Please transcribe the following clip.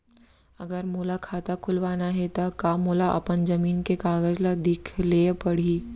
अगर मोला खाता खुलवाना हे त का मोला अपन जमीन के कागज ला दिखएल पढही?